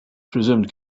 presumed